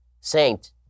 saint